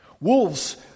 Wolves